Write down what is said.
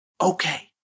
Okay